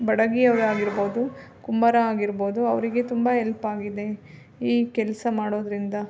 ಬಡಗಿಯವ್ರು ಆಗಿರ್ಬೋದು ಕುಂಬಾರ ಆಗಿರ್ಬೋದು ಅವರಿಗೆ ತುಂಬ ಎಲ್ಪ್ ಆಗಿದೆ ಈ ಕೆಲಸ ಮಾಡೋದರಿಂದ